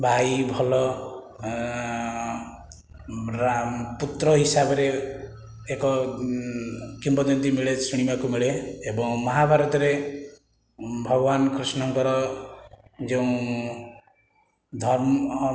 ଭାଇ ଭଲ ପୁତ୍ର ହିସାବରେ ଏକ କିମ୍ବଦନ୍ତି ମିଳେ ଶୁଣିବାକୁ ମିଳେ ଏବଂ ମହାଭାରତରେ ଭଗବାନ କୃଷ୍ଣଙ୍କର ଯେଉଁ ଧର୍ମ